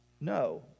No